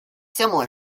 similar